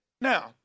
Now